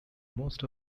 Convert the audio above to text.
most